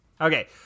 Okay